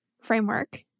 framework